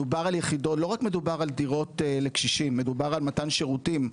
מדובר לא רק על דירות לקשישים מדובר על מתן שירותים,